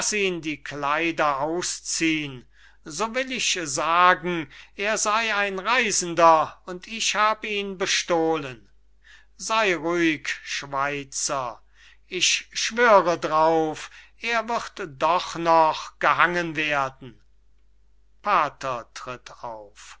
ihn die kleider ausziehen so will ich sagen er sey ein reisender und ich habe ihn bestohlen sey ruhig schweizer ich schwöre darauf er wird doch noch gehangen werden pater